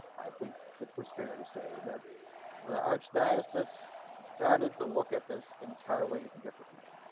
i think it was fair to say that the archdiocese started to look at this entirely differently.